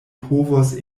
povos